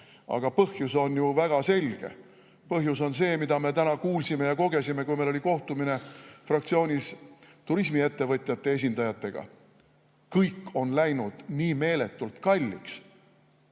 Aga põhjus on ju väga selge. Põhjus on see, mida me täna kuulsime ja kogesime, kui meil oli fraktsioonis kohtumine turismiettevõtjate esindajatega: kõik on läinud nii meeletult kalliks,